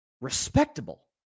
respectable